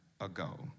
ago